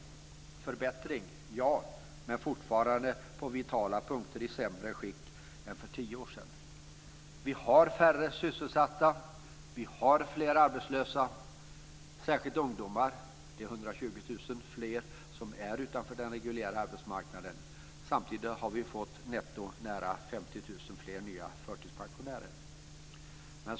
Ja, det har blivit en förbättring, men det är fortfarande sämre på vitala punkter än för tio år sedan. Vi har färre sysselsatta. Vi har fler arbetslösa, särskilt ungdomar. Det är 120 000 fler som är utanför den reguljära arbetsmarknaden. Samtidigt har vi fått nära 50 000 nya förtidspensionärer netto.